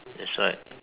that's right